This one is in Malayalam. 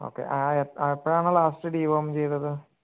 ഓക്കെ ആ എ എപ്പോഴാണ് ലാസ്റ്റ് ഡിവോർമിങ് ചെയ്തത്